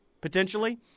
potentially